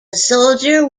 soldier